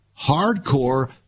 hardcore